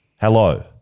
hello